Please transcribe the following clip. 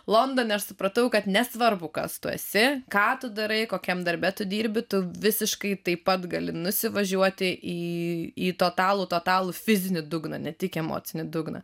londone aš supratau kad nesvarbu kas tu esi ką tu darai kokiam darbe tu dirbi tu visiškai taip pat gali nusivažiuoti į totalų totalų fizinį dugną ne tik emocinį dugną